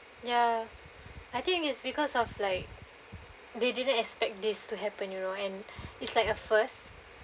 ya I think is because of like they didn't expect this to happen you know and it's like a first